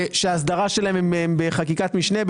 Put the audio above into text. שההסדרה שלהם היא בחקיקת משנה,